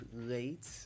late